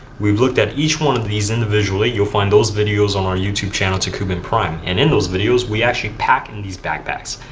we've looked at each one of these individually. you'll find those videos on our youtube channel tekuben prime. and in those videos, we actually pack in these backpacks.